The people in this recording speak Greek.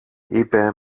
είπε